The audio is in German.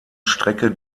strecke